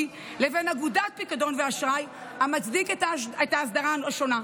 לבין אגודת פיקדון ואשראי המצדיק את האסדרה השונה.